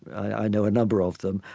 i i know a number of them.